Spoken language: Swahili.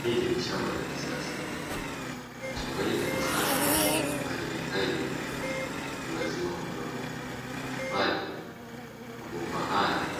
Hili ni shamba la kisasa. Shamba hili la kisasa halihitaji ulazima wa udongo, bali mabomba haya